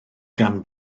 gan